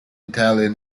italian